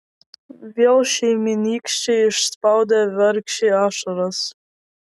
vėl šeimynykščiai išspaudė vargšei ašaras